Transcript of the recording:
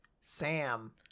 Sam